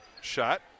shot